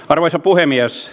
arvoisa puhemies